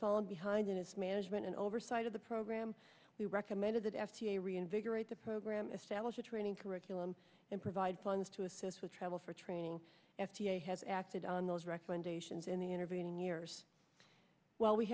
fallen behind in its management and oversight of the program we recommended that f d a reinvigorate the program establish a training curriculum and provide funds to assist with travel for training f d a has acted on those recommendations in the intervening years while we